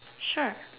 sure